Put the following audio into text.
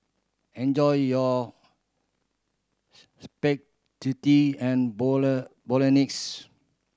enjoy your and Bolognese